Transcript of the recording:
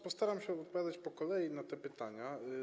Postaram się odpowiadać po kolei na te pytania.